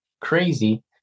crazy